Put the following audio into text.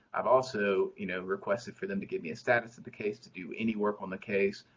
i've also you know requested for them to give me a status of the case, to do any work on the case,